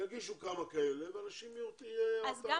יגישו כמה כאלה ואנשים יירתעו.